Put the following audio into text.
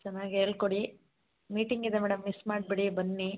ಚೆನ್ನಾಗಿ ಹೇಳ್ಕೊಡಿ ಮೀಟಿಂಗಿದೆ ಮೇಡಮ್ ಮಿಸ್ ಮಾಡಬೇಡಿ ಬನ್ನಿ